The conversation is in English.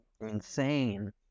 insane